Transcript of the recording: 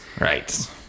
Right